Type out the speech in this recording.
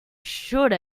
should